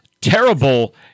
terrible